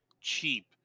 cheap